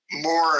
More